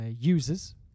users